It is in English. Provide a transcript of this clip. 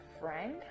friend